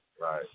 right